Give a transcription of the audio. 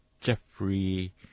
Jeffrey